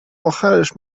آخرش